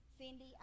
Cindy